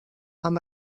amb